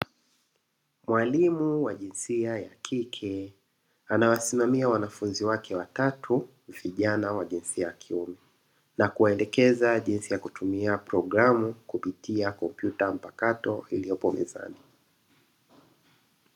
Mwalimu wa jinsia ya kike anawasimamia wanafunzi wake watatu vijana wa jinsia ya kiume na kuwaeleza jinsi ya kutumia programu kupitia komputa mpakato iliyopo mezani.